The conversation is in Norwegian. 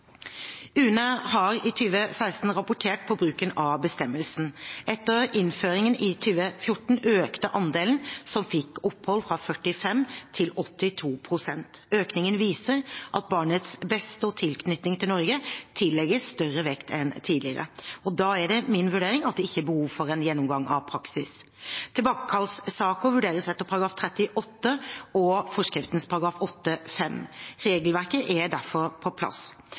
UNE har i 2016 rapportert på bruken av bestemmelsen. Etter innføringen i 2014 økte andelen som fikk opphold, fra 45 pst. til 82 pst. Økningen viser at barnets beste og tilknytningen til Norge tillegges større vekt enn tidligere. Da er det min vurdering at det ikke er behov for en gjennomgang av praksis. Tilbakekallssaker vurderes etter § 38 og forskriftens § 8-5. Regelverket er derfor på plass.